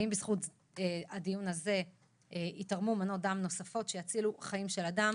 אם בזכות הדיון הזה ייתרמו מנות דם נוספות שיצילו חיים של אדם,